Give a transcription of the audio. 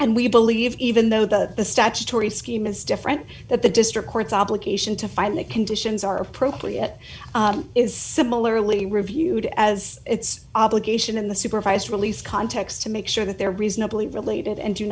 and we believe even though the statutory scheme is different that the district court's obligation to find that conditions are appropriate is similarly reviewed as its obligation in the supervised release context to make sure that they're reasonably related and do